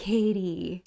Katie